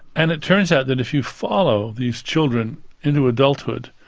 and it turns out that if you follow these children into adulthood,